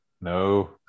No